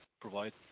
provide